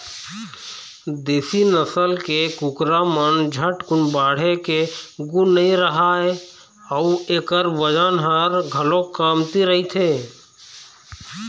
देशी नसल के कुकरा म झटकुन बाढ़े के गुन नइ रहय अउ एखर बजन ह घलोक कमती रहिथे